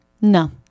no